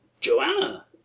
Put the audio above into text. Joanna